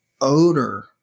odor